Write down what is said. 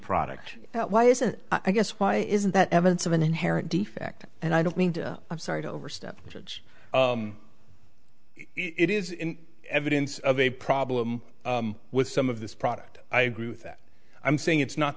product why isn't i guess why isn't that evidence of an inherent defect and i don't mean to i'm sorry to overstep judge it is in evidence of a problem with some of this product i agree with that i'm saying it's not